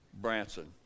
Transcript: Branson